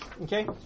okay